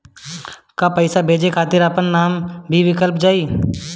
का पैसा भेजे खातिर अपने नाम भी लिकल जाइ?